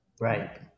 Right